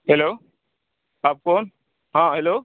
hello آپ کون ہاں ہیلو